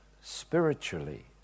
spiritually